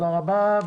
תודה רבה.